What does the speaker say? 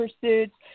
pursuits